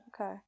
Okay